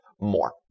more